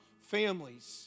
families